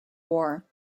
war